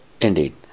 Indeed